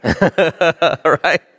Right